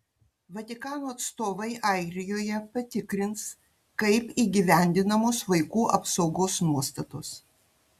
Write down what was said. vatikano atstovai airijoje patikrins kaip įgyvendinamos vaikų apsaugos nuostatos